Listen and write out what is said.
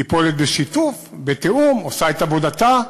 היא פועלת בשיתוף, בתיאום, עושה את עבודתה,